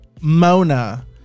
Mona